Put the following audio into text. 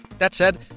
that said,